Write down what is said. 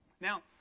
Now